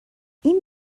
این